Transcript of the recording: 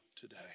today